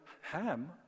Ham